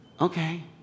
Okay